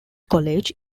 college